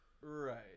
Right